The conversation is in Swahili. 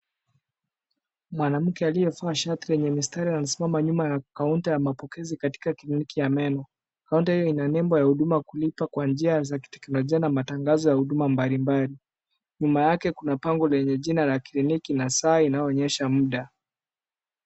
Mwanamke aliyevaa shati lenye mistari amesimama nyuma kaunta ya mapokezi katika kliniki ya meno, kaunta hiyo ina nembo ya huduma kulipa kwa njia za kiteknolojia na matangazo ya huduma mbalimbali, nyuma yake kuna bango lenye jina la kliniki na saa inayoonyesha muda.